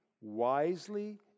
wisely